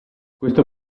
questo